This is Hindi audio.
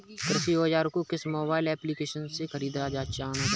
कृषि औज़ार को किस मोबाइल एप्पलीकेशन से ख़रीदना चाहिए?